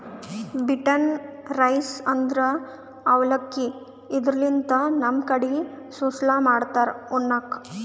beaten rice ಅಂದ್ರ ಅವಲಕ್ಕಿ, ಇದರ್ಲಿನ್ದ್ ನಮ್ ಕಡಿ ಸುಸ್ಲಾ ಮಾಡ್ತಾರ್ ಉಣ್ಣಕ್ಕ್